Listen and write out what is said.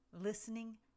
listening